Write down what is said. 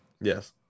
yes